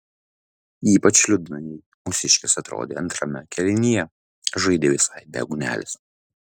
ypač liūdnai mūsiškės atrodė antrame kėlinyje žaidė visai be ugnelės